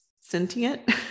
sentient